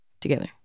together